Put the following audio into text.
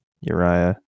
Uriah